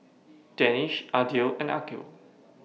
Danish Aidil and Aqil